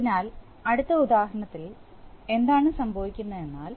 അതിനാൽ അടുത്ത ഉദാഹരണത്തിൽ എന്താണ് സംഭവിക്കുന്നത് എന്നാൽ